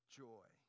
joy